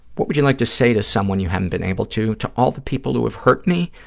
what would you like to say to someone you haven't been able to? to all the people who have hurt me,